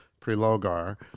Prelogar